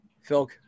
Phil